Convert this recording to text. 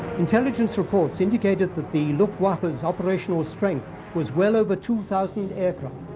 intelligence reports indicated that the luftwaffe's operational strength was well over two thousand aircraft,